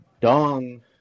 Dong